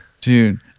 dude